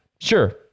sure